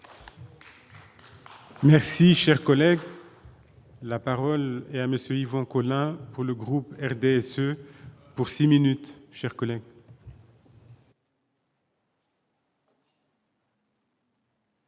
Merci, cher collègue. La parole est à monsieur Yvon Collin pour le groupe RDSE pour 6 minutes chers collègues.